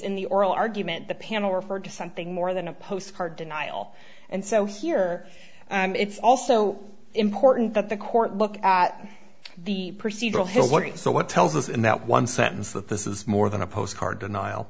in the oral argument the panel referred to something more than a postcard denial and so here it's also important that the court look at the procedural one so what tells us in that one sentence that this is more than a postcard denial